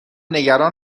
نگران